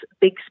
big